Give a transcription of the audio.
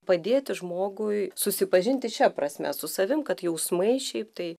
padėti žmogui susipažinti šia prasme su savim kad jausmai šiaip tai